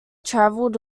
traveled